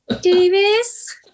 davis